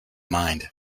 mind